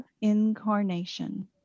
incarnation